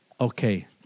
Okay